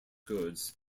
goods